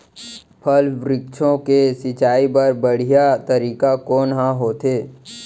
फल, वृक्षों के सिंचाई बर बढ़िया तरीका कोन ह होथे?